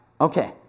okay